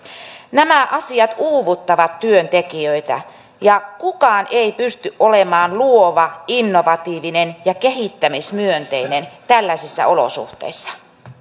nämä asiat uuvuttavat työntekijöitä ja kukaan ei pysty olemaan luova innovatiivinen ja kehittämismyönteinen tällaisissa olosuhteissa